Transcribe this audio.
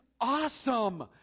awesome